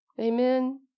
Amen